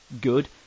good